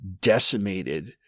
decimated